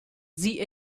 sie